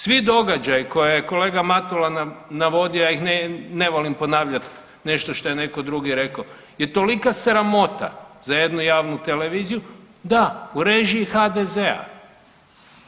Svi događaji koje je kolega Matula nam navodio, ja ih ne volim ponavljati nešto što je netko drugi rekao je tolika sramota za jednu javnu televiziju, da, u režiji HDZ-a.